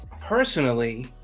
personally